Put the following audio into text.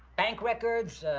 bank records,